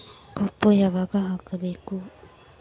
ಕಬ್ಬು ಯಾವಾಗ ಹಾಕಬೇಕು?